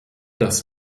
das